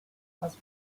was